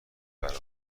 برابر